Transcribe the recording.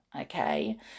okay